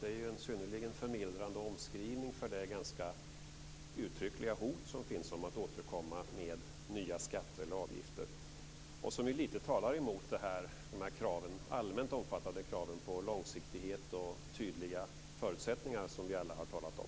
Det är ju en synnerligen förmildrande omskrivning för det ganska uttryckliga hot som finns om att återkomma med nya skatter eller avgifter och som ju lite grann talar emot dessa allmänt omfattande krav på långsiktighet och tydliga förutsättningar som vi alla har talat om.